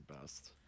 best